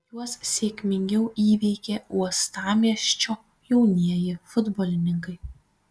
juos sėkmingiau įveikė uostamiesčio jaunieji futbolininkai